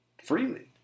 freely